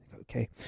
Okay